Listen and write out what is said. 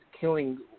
killing